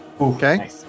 Okay